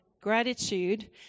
gratitude